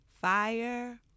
fire